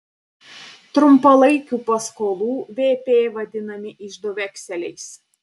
trumpalaikių paskolų vp vadinami iždo vekseliais